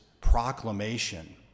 proclamation